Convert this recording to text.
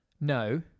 No